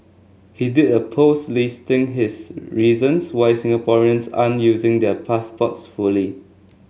he did a post listing his reasons why Singaporeans aren't using their passports fully